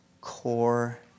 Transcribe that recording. core